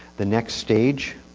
the next stage